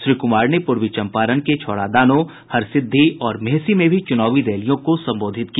श्री कुमार ने पूर्वी चम्पारण के छौड़ादानों के हरसिद्धी और मेहसी में भी चुनावी रैलियों को संबोधित किया